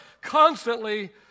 constantly